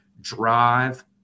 drive